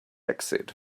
exit